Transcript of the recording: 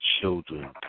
children